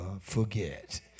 forget